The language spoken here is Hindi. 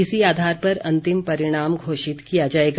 इसी आधार पर अंतिम परिणाम घोषित किया जाएगा